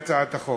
החוק?